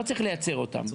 לא צריך לייצר אותם.